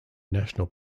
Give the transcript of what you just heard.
national